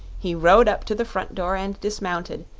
he rode up to the front door and dismounted,